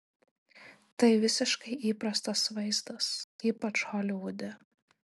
tai visiškai įprastas vaizdas ypač holivude